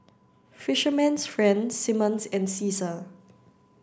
fisherman's friend Simmons and Cesar